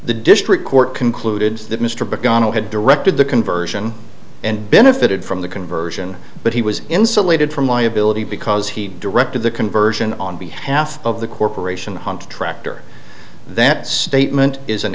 the district court concluded that mr began had directed the conversion and benefited from the conversion but he was insulated from liability because he directed the conversion on behalf of the corporation tractor that statement is an